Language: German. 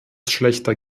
schlechter